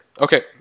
Okay